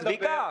בקפסולות.